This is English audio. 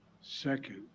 Second